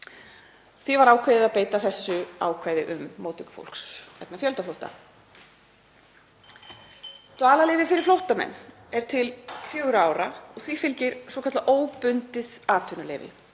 Því var ákveðið að beita þessu ákvæði um móttöku fólks vegna fjöldaflótta. Dvalarleyfi fyrir flóttamenn er til fjögurra ára og því fylgir svokallað óbundið atvinnuleyfi.